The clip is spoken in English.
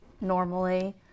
normally